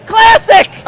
Classic